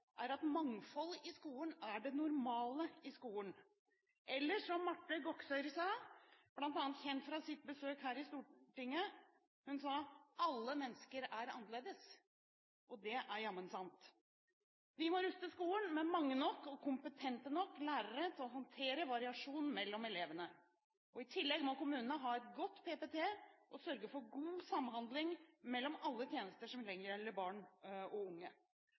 er at mangfold er det normale i skolen. Eller som Marte W. Goksøyr, kjent bl.a. fra besøk her i Stortinget, sa: «Alle mennesker er annerledes.» Det er jammen sant! Vi må ruste skolen med mange nok og kompetente nok lærere til å håndtere variasjon mellom elevene. I tillegg må kommunene ha en god PPT og sørge for god samhandling mellom alle tjenester som gjelder barn og unge.